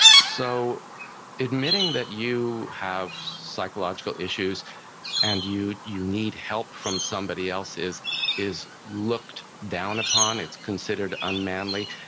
so admitting that you have psychological issues and you you need help from somebody else is is looked down upon, it's considered unmanly,